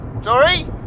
Sorry